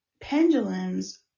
Pendulums